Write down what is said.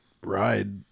ride